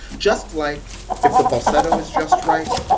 just like if the falsetto is just right,